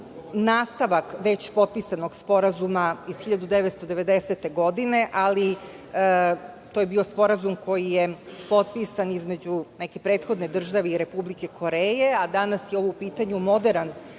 nastavak već potpisanog sporazuma iz 1990. godine, ali to je bio sporazum koji je potpisan između neke prethodne države i Republike Koreje, a danas je u pitanju moderan